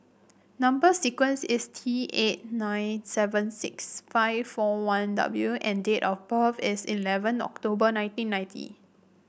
number sequence is T eight nine seven six five four one W and date of birth is eleven October nineteen ninety